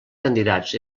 candidats